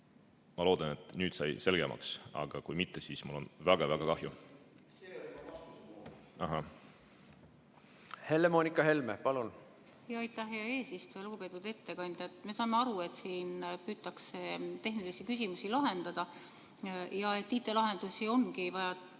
Ma loodan, et nüüd sai selgemaks, aga kui mitte, siis mul on väga-väga kahju. Helle-Moonika Helme, palun! Aitäh, hea eesistuja! Lugupeetud ettekandja! Me saame aru, et siin püütakse tehnilisi küsimusi lahendada ja IT-lahendusi ongi vaja